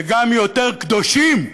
וגם יותר קדושים.